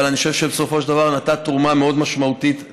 אבל אני חושב שבסופו של דבר נתת תרומה מאוד משמעותית לוועדה.